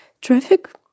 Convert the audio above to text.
traffic